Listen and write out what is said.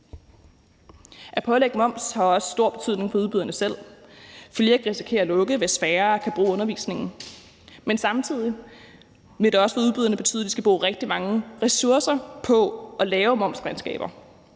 At pålægge moms har også stor betydning for udbyderne selv. Flere risikerer at lukke, hvis færre kan bruge undervisningen, men samtidig vil det også for udbyderne betyde, at de skal bruge rigtig mange ressourcer på at lave momsregnskaber,